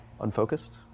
unfocused